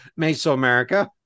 Mesoamerica